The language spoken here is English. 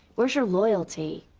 where's your loyalty?